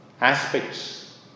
aspects